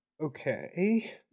okay